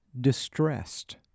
distressed